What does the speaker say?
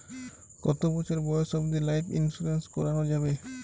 কতো বছর বয়স অব্দি লাইফ ইন্সুরেন্স করানো যাবে?